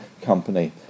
company